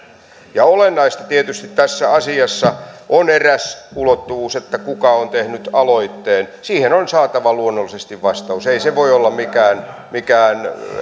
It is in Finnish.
olennaista tietysti tässä asiassa on eräs ulottuvuus kuka on tehnyt aloitteen siihen on saatava luonnollisesti vastaus ei se voi olla mikään mikään